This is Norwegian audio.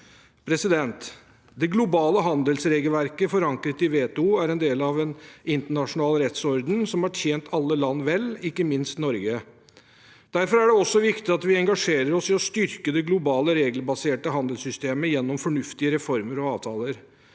situasjon. Det globale handelsregelverket forankret i WTO er en del av en internasjonal rettsorden som har tjent alle land vel, ikke minst Norge. Derfor er det også viktig at vi engasjerer oss i å styrke det globale regelbaserte handelssystemet gjennom fornuftige reformer og avtaler.